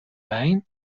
wijn